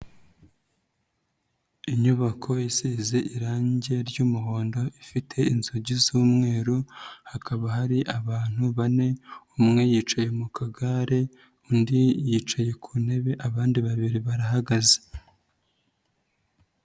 Inyubako isize irangi ry'umuhondo ifite inzugi z'umweru, hakaba hari abantu bane, umwe yicaye mu kagare, undi yicaye ku ntebe, abandi babiri barahagaze.